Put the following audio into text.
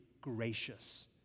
gracious